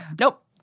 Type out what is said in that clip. Nope